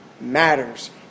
matters